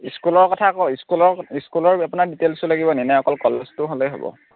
স্কুলৰ কথা ক স্কুলৰ স্কুলৰ আপোনাৰ ডিটেইলছটো লাগিব নি নে অকল কলেজটো হ'লেই হ'ব